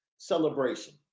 celebration